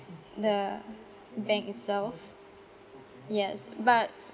the bank itself yes but